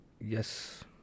yes